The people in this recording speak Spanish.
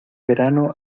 verano